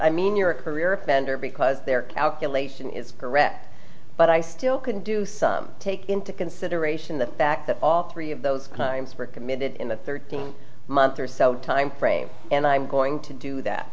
i mean you're a career bender because their calculation is correct but i still can do some take into consideration the fact that all three of those times were committed in the thirteen month or so timeframe and i'm going to do that